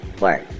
work